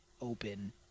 open